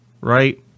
right